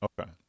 Okay